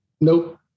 nope